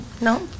no